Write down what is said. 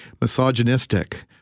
misogynistic